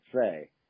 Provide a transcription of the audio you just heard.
say